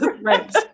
Right